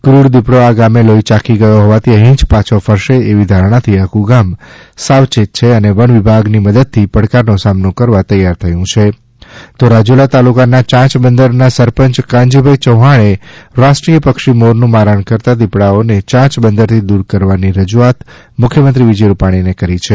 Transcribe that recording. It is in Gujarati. ફ્રર દીપડો આ ગામે લોફી ચાખી ગયો હોવાથી અહી જ પાછો ફરશે તેવી ધારણા થી આખું ગામ સાવચેત છે અને વન વિભાગ ની મદદ થી પડકાર નો સામનો કરવા તૈયાર થયું છ તો રાજુલા તાલુકા નાં ચાંચ બંદર નાં સરપંચ કાનજીભાઇ ચૌહાણે રાષ્ટ્રીય પક્ષી મોર નું મારણ કરતાં દીપડાઓ ને ચાંચ બંદર થી દૂર કરવાની રજૂઆત મુખ્યમંત્રી વિજય રૂપાણીને કરી છે